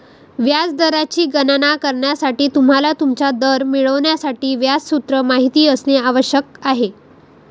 व्याज दराची गणना करण्यासाठी, तुम्हाला तुमचा दर मिळवण्यासाठी व्याज सूत्र माहित असणे आवश्यक आहे